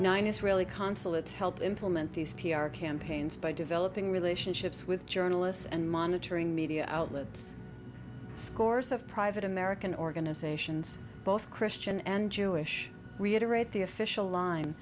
nine israeli consulate to help implement these p r campaigns by developing relationships with journalists and monitoring media outlets scores of private american organizations both christian and jewish reiterate the official line